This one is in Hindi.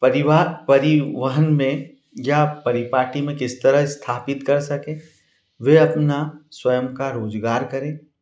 परिवाह परिवहन में या परिपाटी में किस तरह स्थापित कर सकें वे अपना स्वयं का रोजगार करें